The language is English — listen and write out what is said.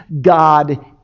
God